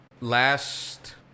last